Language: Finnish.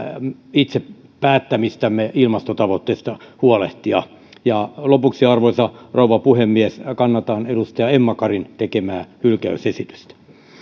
itse päättämistämme ilmastotavoitteista huolehtia lopuksi arvoisa puhemies kannatan edustaja emma karin tekemää hylkäysesitystä